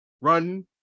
run